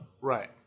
Right